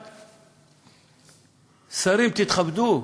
שרים, תתכבדו,